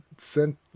sent